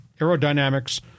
aerodynamics